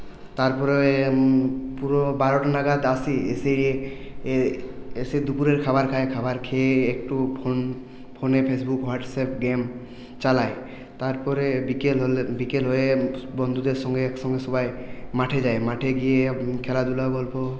তারপরে পুরো বারোটা নাগাদ আসি এসে এসে দুপুরের খাবার খাই খাবার খেয়ে একটু ফোন ফোনে ফেসবুক হোয়াটসঅ্যাপ গেম চালাই তারপরে বিকেল হলে বিকেল হয়ে বন্ধুদের সঙ্গে একসঙ্গে সবাই মাঠে যাই মাঠে গিয়ে খেলাধুলা গল্প